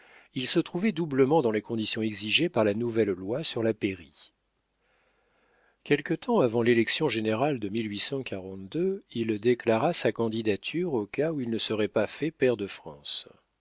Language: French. il se trouvait doublement dans les conditions exigées par la nouvelle loi sur la pairie quelque temps avant l'élection générale de il déclara sa candidature au cas où il ne serait pas fait pair de france